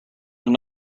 have